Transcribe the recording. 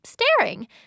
staring